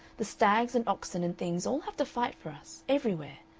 the stags and oxen and things all have to fight for us, everywhere.